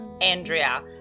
Andrea